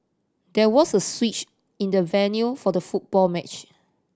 there was a switch in the venue for the football match